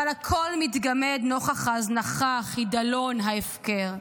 אבל הכול מתגמד נוכח ההזנחה, החידלון, ההפקר.